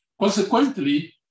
Consequently